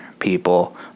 people